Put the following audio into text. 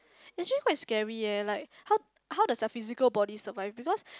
actually quite scary eh like how how the sub physical body survive because